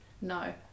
No